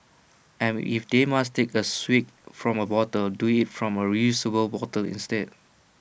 and if they must take A swig from A bottle do IT from A reusable bottle instead